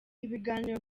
ibiganiro